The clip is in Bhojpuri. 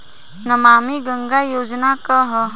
नमामि गंगा योजना का ह?